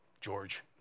George